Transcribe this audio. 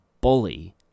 bully